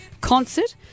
concert